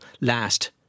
last